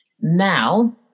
Now